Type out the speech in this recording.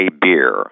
beer